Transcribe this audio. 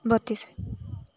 ବତିଶି